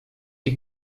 die